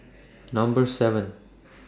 Number seven